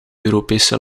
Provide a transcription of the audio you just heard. europese